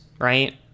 right